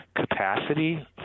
capacity